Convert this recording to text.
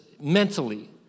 mentally